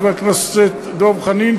חבר הכנסת דב חנין,